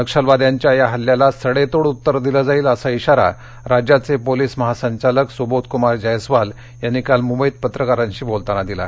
नक्षलवाद्यांच्या या इल्ल्याला सडेतोड उत्तर दिलं जाईल असा इशारा राज्याचे पोलीस महासंचालक सुबोधकुमार जयस्वाल यांनी काल मुंबईत पत्रकारांशी बोलताना दिला